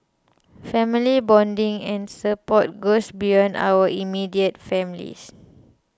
family bonding and support goes beyond our immediate families